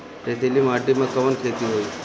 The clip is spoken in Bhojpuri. रेतीली माटी में कवन खेती होई?